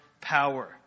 power